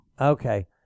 Okay